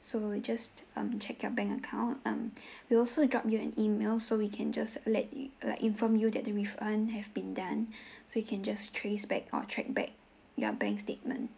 so you just um check your bank account um will also drop you an email so we can just let you like inform you that the refund have been done so you can just trace back or track back your bank statement